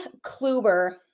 Kluber